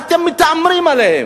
מה אתם מתעמרים בהם?